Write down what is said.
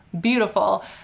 Beautiful